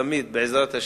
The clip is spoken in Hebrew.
תמיד בעזרת השם,